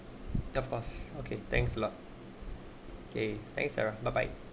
the fast okay thanks a lot okay thanks a lot bye bye